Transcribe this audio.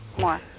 more